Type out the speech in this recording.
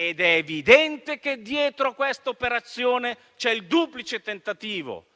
È altrettanto evidente che dietro questa operazione c'è il duplice tentativo,